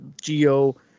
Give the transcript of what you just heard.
Geo